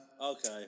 Okay